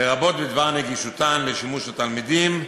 לרבות בדבר נגישותן לשימוש התלמידים,